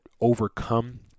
overcome